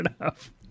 enough